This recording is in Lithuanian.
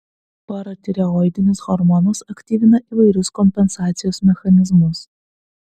paratireoidinis hormonas aktyvina įvairius kompensacijos mechanizmus